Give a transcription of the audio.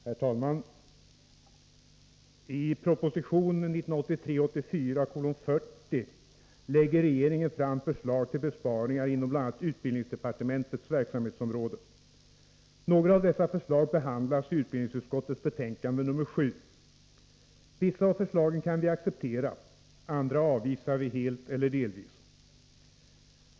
Herr talman! I proposition 1983/84:40 lägger regeringen fram förslag till besparingar inom bl.a. utbildningsdepartementets verksamhetsområde. Några av dessa förslag behandlas i utbildningsutskottets betänkande nr 7. Vissa av förslagen kan vi acceptera, andra avvisar vi helt eller delvis.